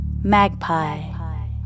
Magpie